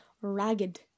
ragged